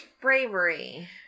Bravery